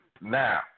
Now